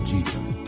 Jesus